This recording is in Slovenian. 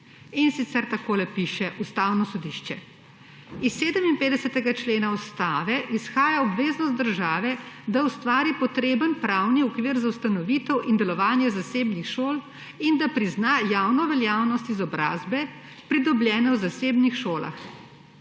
In sicer piše takole Ustavno sodišče: »Iz 57. člena Ustave izhaja obveznost države, da ustvari potreben pravni okvir za ustanovitev in delovanje zasebnih šol in da prizna javno veljavnost izobrazbe, pridobljene v zasebnih šolah.